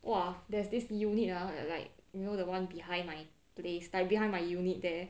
!wah! there's this unit ah at like you know the one behind my place like behind my unit there